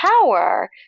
power